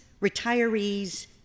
retirees